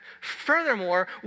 Furthermore